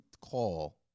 call